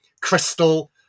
crystal